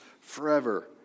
forever